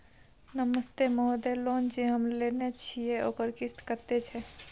नमस्ते महोदय, लोन जे हम लेने छिये ओकर किस्त कत्ते छै?